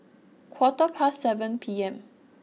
quarter past seven P M